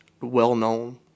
well-known